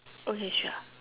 okay sure